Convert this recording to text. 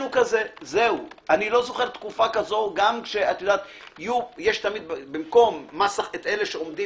אני לא זוכר תקופה כזו יש תמיד אלה שעומדים